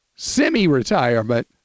semi-retirement